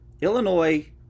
Illinois